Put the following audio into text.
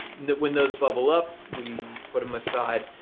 when those bubble up we put them aside.